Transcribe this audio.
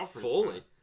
fully